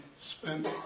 spent